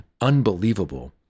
Unbelievable